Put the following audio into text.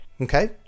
Okay